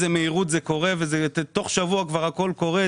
באיזו מהירות זה קורה כאשר תוך שבוע כבר הכול קורה,